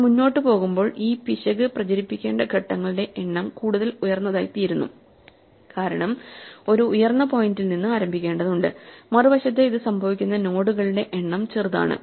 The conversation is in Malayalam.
നമ്മൾ മുന്നോട്ട് പോകുമ്പോൾ ഈ പിശക് പ്രചരിപ്പിക്കേണ്ട ഘട്ടങ്ങളുടെ എണ്ണം കൂടുതൽ ഉയർന്നതായിത്തീരുന്നു കാരണം ഒരു ഉയർന്ന പോയിന്റിൽ നിന്ന് ആരംഭിക്കേണ്ടതുണ്ട് മറുവശത്ത് ഇത് സംഭവിക്കുന്ന നോഡുകളുടെ എണ്ണം ചെറുതാണ്